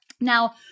Now